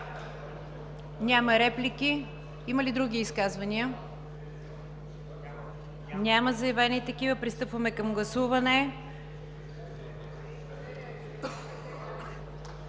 Няма реплики. Има ли други изказвания? Няма заявени такива. Пристъпваме към гласуване